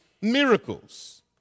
Miracles